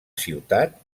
ciutat